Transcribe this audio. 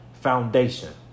foundation